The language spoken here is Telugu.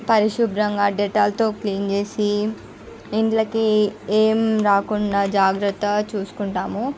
పరిశుభ్రంగా డెటాల్తో క్లీన్ చేసి ఇంట్లోకి ఏమి రాకుండా జాగ్రత్తగా చూసుకుంటాము